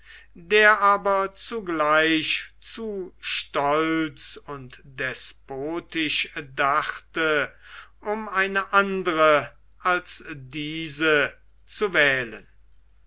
der aber zugleich zu stolz und despotisch dachte um eine andre als diese zu wählen